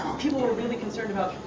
people were really concerned about,